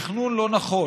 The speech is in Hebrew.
שנוצרת מתכנון לא נכון.